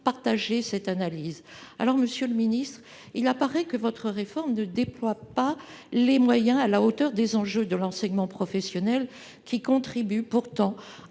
de décembre dernier. Monsieur le ministre, il apparaît que votre réforme ne déploie pas des moyens à la hauteur des enjeux de l'enseignement professionnel, qui contribue pourtant